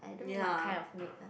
I don't know what kind of meat ah